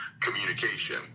communication